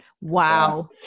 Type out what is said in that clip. Wow